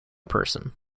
person